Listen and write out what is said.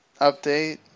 update